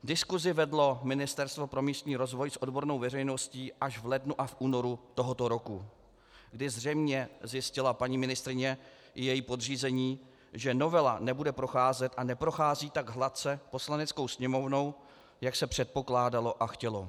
Diskusi vedlo Ministerstvo pro místní rozvoj s odbornou veřejností až v lednu a únoru tohoto roku, kdy zřejmě zjistila paní ministryně i její podřízení, že novela nebude procházet a neprochází tak hladce Poslaneckou sněmovnou, jak se předpokládalo a chtělo.